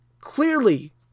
Clearly